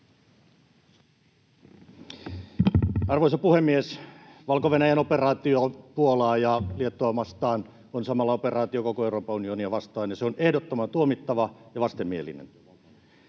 Arvoisa puhemies! Valko-Venäjän operaatio Puolaa ja Liettuaa vastaan on samalla operaatio koko Euroopan unionia vastaan, ja se on ehdottoman tuomittava ja vastenmielinen.